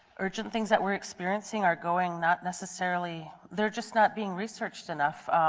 urgent things that we are experiencing are going not necessarily, they are just not being researched enough.